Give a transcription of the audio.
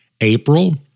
April